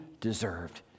deserved